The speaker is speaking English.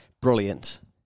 brilliant